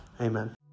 amen